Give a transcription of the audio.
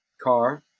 car